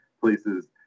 places